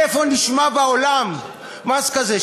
איפה נשמע בעולם מס כזה?